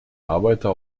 arbeiter